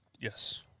Yes